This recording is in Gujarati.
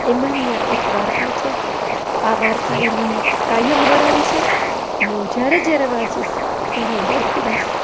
એમાંની આ એક વાર્તા છે તો આ વાર્તાએ મને કાયમ રડાવી છે અને હું જ્યારે જ્યારે વાંચીશ ત્યારે હું રડતી રહીશ